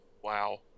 Wow